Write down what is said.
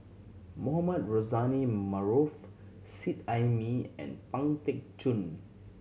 Mohamed Rozani Maarof Seet Ai Mee and Pang Teck Joon